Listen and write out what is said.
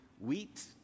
wheat